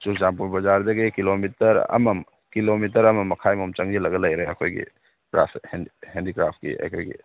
ꯆꯨꯔꯥꯆꯥꯟꯄꯨꯔ ꯕꯥꯖꯥꯔꯗꯒꯤ ꯀꯤꯂꯣꯃꯤꯇꯔ ꯑꯃ ꯀꯤꯂꯣꯃꯤꯇꯔ ꯑꯃ ꯃꯈꯥꯏꯃꯨꯛ ꯆꯪꯁꯤꯜꯂꯒ ꯂꯩꯔꯦ ꯑꯩꯈꯣꯏꯒꯤ ꯀ꯭ꯔꯥꯐꯁꯦ ꯍꯦꯟꯗꯤꯀ꯭ꯔꯥꯐꯀꯤ ꯑꯩꯈꯣꯏꯒꯤ